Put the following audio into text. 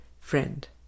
Friend